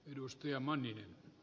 arvoisa puhemies